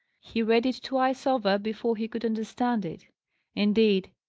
he read it twice over before he could understand it indeed,